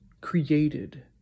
created